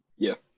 yeah.